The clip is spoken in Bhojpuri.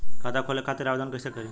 खाता खोले खातिर आवेदन कइसे करी?